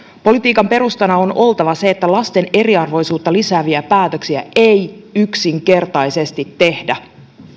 politiikan perustana on oltava se että lasten eriarvoisuutta lisääviä päätöksiä ei yksinkertaisesti tehdä